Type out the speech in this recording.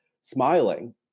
smiling